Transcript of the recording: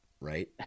right